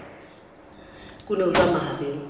Kunaura Mahadev